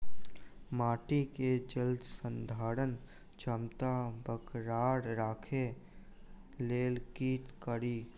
माटि केँ जलसंधारण क्षमता बरकरार राखै लेल की कड़ी?